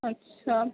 اچھا